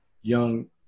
young